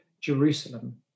Jerusalem